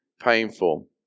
painful